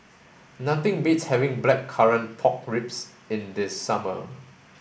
nothing beats having blackcurrant pork ribs in the summer